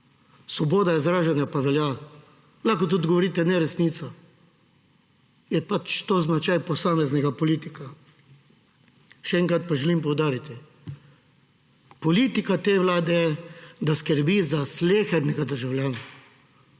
Svoboda izražanja pa velja. Lahko tudi govorite neresnico, je pač to značaj posameznega politika. Še enkrat pa želim poudariti, politika te vlade je, da skrbi za slehernega državljana